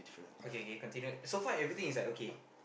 okay okay continue so far everything is like okay